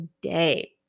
day